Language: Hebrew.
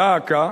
דא עקא,